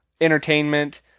entertainment